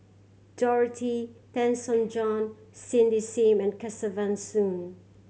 Dorothy Tessensohn Cindy Sim and Kesavan Soon